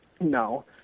No